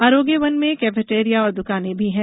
आरोग्य वन में कैफेटेरिया और दुकानें भी हैं